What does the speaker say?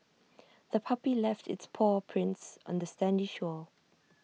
the puppy left its paw prints on the sandy shore